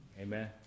Amen